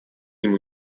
нему